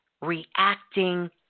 reacting